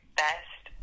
best